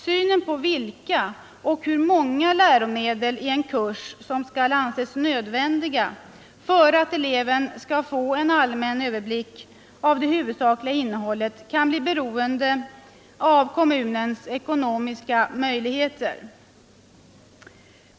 Synen på vilka och hur många läromedel i en kurs som skall anses nödvändiga för att eleven skall få en allmän överblick av det huvudsakliga innehållet i lärokursen kan bli beroende av kommunens ekonomiska möjligheter.